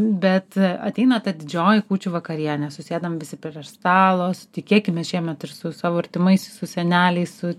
bet ateina ta didžioji kūčių vakarienė susėdam visi per stalo tikėkimės šiemet ir su savo artimaisiais su seneliai su